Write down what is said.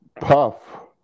Puff